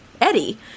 Eddie